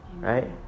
right